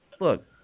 Look